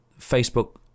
facebook